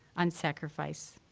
on sacrifice.